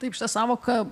taip šita sąvoka